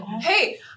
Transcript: Hey